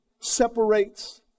separates